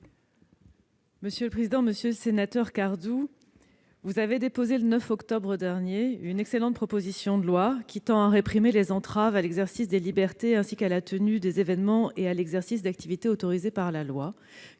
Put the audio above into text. Gouvernement ? Monsieur le sénateur Cardoux, vous avez déposé le 9 octobre dernier une excellente proposition de loi tendant à réprimer les entraves à l'exercice des libertés ainsi qu'à la tenue des événements et à l'exercice d'activités autorisés par la loi.